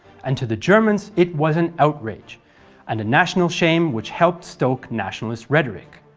and to the germans it was an outrage and national shame which helped stoke nationalist rhetoric.